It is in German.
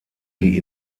die